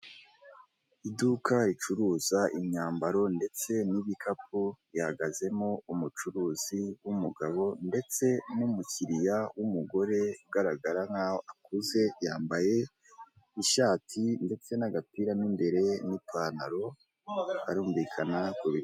Iduka ricuruza imyambaro ndetse n'igikapu ihagazemo umucuruzi w'umugabo ndetse n'umukiriya w'umugore ugaragara nkaho akuze, yambaye ishati ndetse n'agapira mo imbere n'ipantaro barumvikana kubi.